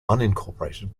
unincorporated